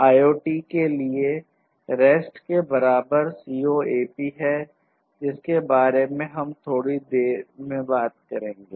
IoT के लिए REST के बराबर COAP है जिसके बारे में हम थोड़ी बात करेंगे